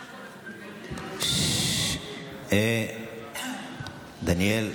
ששש, דניאל.